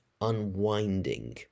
unwinding